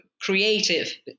creative